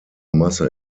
masse